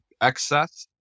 excess